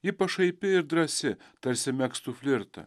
ji pašaipi ir drąsi tarsi megztų flirtą